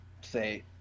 say